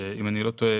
שאם אני לא טועה,